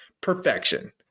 Perfection